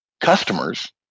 customers